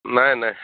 নাই নাই